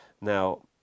now